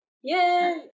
yay